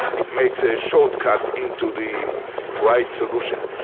it makes a shortcut into the right solution.